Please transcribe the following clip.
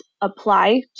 apply